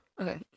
okay